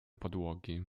podłogi